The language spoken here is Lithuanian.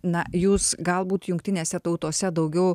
na jūs galbūt jungtinėse tautose daugiau